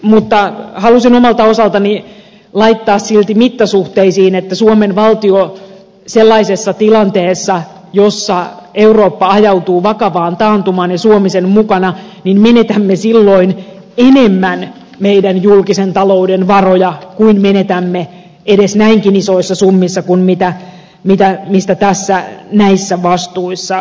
mutta halusin omalta osaltani laittaa silti asian mittasuhteisiin että suomen valtio sellaisessa tilanteessa jossa eurooppa ajautuu vakavaan taantumaan ja suomi sen mukana menettää enemmän meidän julkisen talouden varoja kuin menettää edes näinkin isoissa summissa kuin mistä näissä vastuissa puhutaan